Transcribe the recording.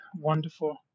wonderful